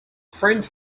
friends